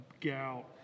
gout